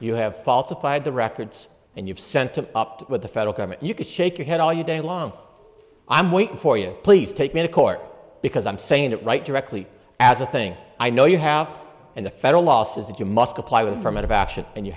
you have falsified the records and you've sent to up to with the federal government you could shake your head all you day long i'm waiting for you please take me to court because i'm saying it right directly as a thing i know you have and the federal law says that you must